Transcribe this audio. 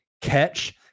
catch